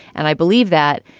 and i believe that.